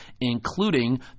including